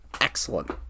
excellent